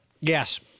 Yes